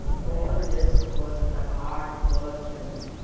all this because of the hard work, you know.